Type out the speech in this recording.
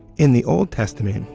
in the old testament,